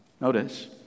Notice